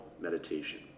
Meditation